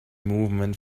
movement